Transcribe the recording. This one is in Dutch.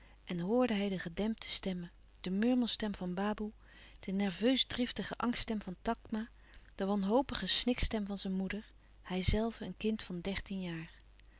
en hoorde hij de gedempte stemmen de murmelstem van baboe de nerveus driftige angststem van takma de wanhopige snikstem van zijn moeder hijzelve een kind van dertien jaar